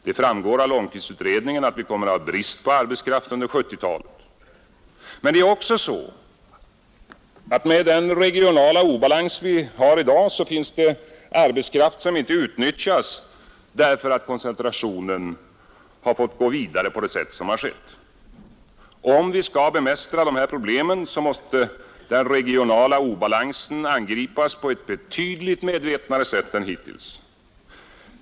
Det framgår av långtidsutredningen att vi kommer att ha brist på arbetskraft under 1970-talet. Men det finns också, med den regionala obalans vi har i dag, arbetskraft som inte utnyttjas därför att koncentrationen har fått gå vidare på det sätt som har skett. Om vi skall kunna bemästra de här problemen, måste den regionala obalansen angripas på ett betydligt mera medvetet sätt än hittills.